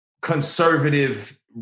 conservative